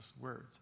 words